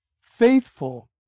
faithful